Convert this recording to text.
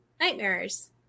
Nightmares